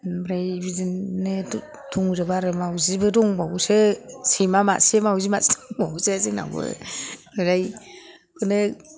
ओमफ्राय बिदिनो दंजोबो आरो मावजिबो दंबावोसो सैमा मासे मावजि मासे दंबावोसो जोंनाव बो ओमफ्राय बेखौनो